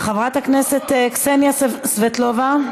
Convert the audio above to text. חברת הכנסת קסניה סבטלובה,